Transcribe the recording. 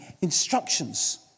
instructions